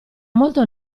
molto